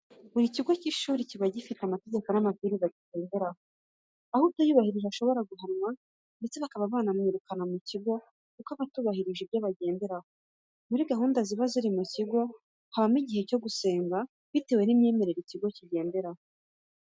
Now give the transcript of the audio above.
Buri kigo cy'amashuri kiba gifite amategeko n'amabwiriza kigenderaho, aho utayubahirije ashobora guhanwa ndetse bakaba banamwirukana mu kigo kuko ataba yubahirije ibyo bagenderaho. Muri gahunda ziba ziri mu kigo habamo n'igihe cyo gusenga bitewe n'imyemerere ikigo kigenderaho.